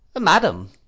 Madam